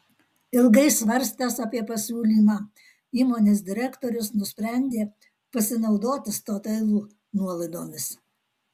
ilgai svarstęs apie pasiūlymą įmonės direktorius nusprendė pasinaudoti statoil nuolaidomis